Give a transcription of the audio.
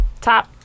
top